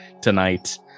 tonight